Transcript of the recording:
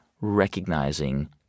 recognizing